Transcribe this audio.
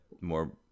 more